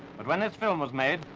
but when this film was made,